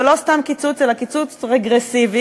ולא סתם קיצוץ אלא קיצוץ רגרסיבי,